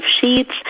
sheets